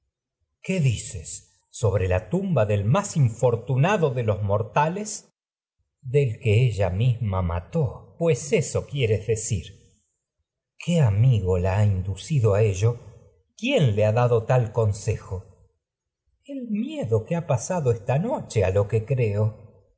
qué dices sobre la tumba del más infor tunado de los mortales del crisótemis que ella mislna mató pues eso quieres decir electra qué amigo la ha inducido a ello quién consejo le ha dado tal crisótemis lo el miedo que ha pasado esta noche a que creo